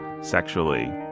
sexually